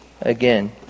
again